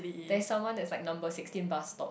there is someone that's like number sixteen bus stop